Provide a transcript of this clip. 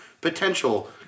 potential